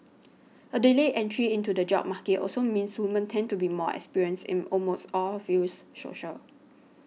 a delayed entry into the job market also means women tend to be more experienced in almost all fields social